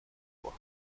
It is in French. fois